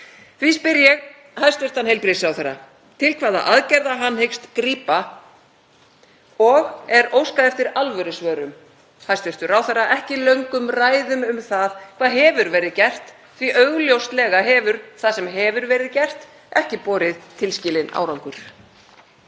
Því spyr ég hæstv. heilbrigðisráðherra til hvaða aðgerða hann hyggist grípa og er óskað eftir alvörusvörum, hæstv. ráðherra, ekki löngum ræðum um það hvað hefur verið gert því að augljóslega hefur það sem hefur verið gert ekki borið tilskilinn árangur.